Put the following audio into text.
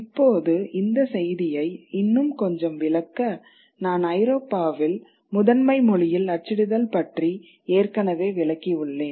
இப்போது இந்த செய்தியை இன்னும் கொஞ்சம் விளக்க நான் ஐரோப்பாவில் முதன்மை மொழியில் அச்சிடுதல் பற்றி ஏற்கனவே விளக்கி உள்ளேன்